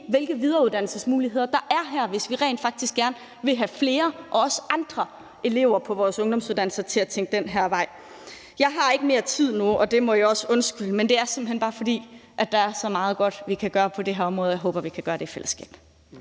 hvilke videreuddannelsesmuligheder der er, hvis vi rent faktisk gerne vil have flere og andre elever på vores ungdomsuddannelser til at tænke den her vej. Jeg har ikke mere tid nu, og det må I også undskylde, men det er simpelt hen bare, fordi der er så meget godt, vi kan gøre på det her område, og jeg håber, at vi kan gøre det i fællesskab.